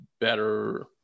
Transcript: better